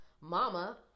mama